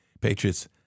Patriots